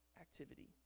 activity